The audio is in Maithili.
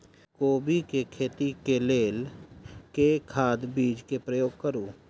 कोबी केँ खेती केँ लेल केँ खाद, बीज केँ प्रयोग करू?